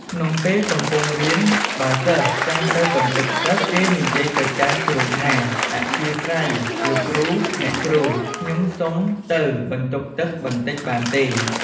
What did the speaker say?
ក្នុងពេលកំពុងរៀន បើសិស្សចង់ទៅបន្ទប់ទឹក គេនិយាយទៅកាន់គ្រូថា អធ្យាស្រ័យ លោកគ្រូ អ្នកគ្រូ ខ្ញុំសុំទៅបន្ទប់ទឹកបន្តិចបានទេ។